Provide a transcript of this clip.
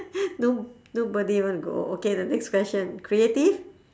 no nobody want to go okay the next question creative